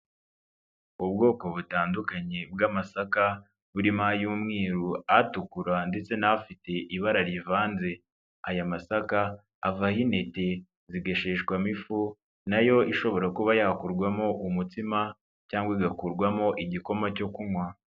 Ubwoko butandukanye bw'amasaka burimo ay'umweru, atukura ndetse n'afite ibara rivanze, aya masaka avaho intete zigasheshwamo ifu nayo ishobora kuba yakurwamo umutsima cyangwa igakurwamo igikoma cyo kunywa.